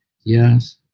yes